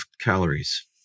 calories